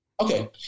Okay